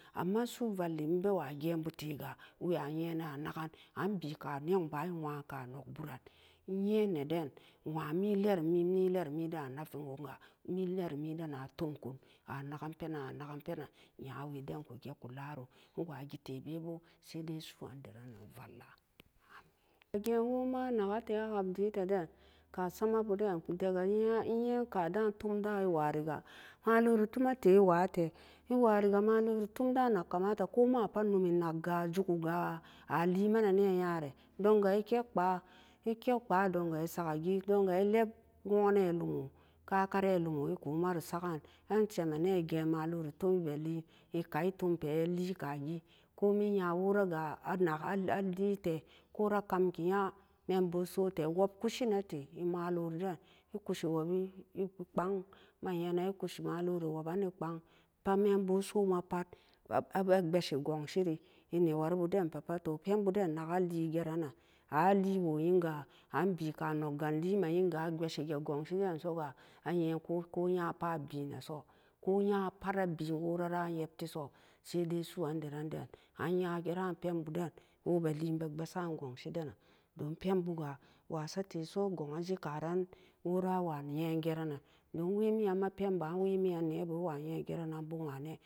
Amma su'u valli enbewa geen butega wa'a nyenan ang'an anbika nongba enwa ka nogburan en-nyen neden nwa mi lerumimi milerummi den anafigo-ga milerumiden atunkun ang'an penan anag'an penan nyaweden kuge kularo nwogi tebe bo saidai su'an deran-nan vallo'an kagen woma enagote a hab dite den ka samabuden dega nya-nyekada'an tum dy'an iwariga malori-tunate iwate iwariga malori tam de'an nakkomate ka mapat numi-nagga juguga alimanane nyare donga ekek kpaa ekek kpaa donga esagagi donga elep nwonne lumo kakore lumo ekumaro sag'an anshemane geen malori tumbe lien ekai tumpe elikagi komin nya woraga anak alite kora kamki nya membu ensote wob kushinate emalori den ekushi wobi eku-kpong ma nyenan ekushi malori woban ni kpang pamembu esoma put ab-abe-beshi gongshiri enewari budenpe pat to penbu den nagaligera-nan an aliwo enga anbi ka nogga enlime enga apbeshige gonshi densoga a'nyeko nya ko'nyapa bien-neso ko nyapara bien worara enyeptiso sai dai su'an deran den an'nya geran penbuden wobe lienbe pbesa'an gongshi denan dim penbuga was atesogo'anje karan wora awa nyen gera-nan dimwemiyon ma penba'an wemiyan nebuwa nye geran nanbo nwane.